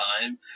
time